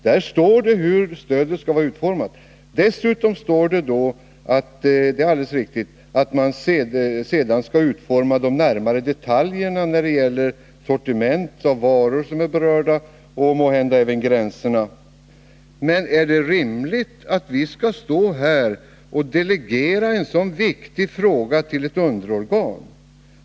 Det står också i betänkandet — det är alldeles riktigt, Rune Torwald — att den myndighet som regeringen bestämmer senare skall utforma de närmare detaljerna i fråga om vilket sortiment av varor som kommer att beröras och måhända även i fråga om gränserna. Är det rimligt att vi skall stå här och delegera en så viktig fråga till ett underorgan?